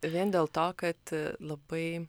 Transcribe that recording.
vien dėl to kad labai